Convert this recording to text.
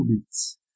bits